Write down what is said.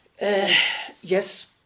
Yes